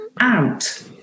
out